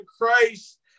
Christ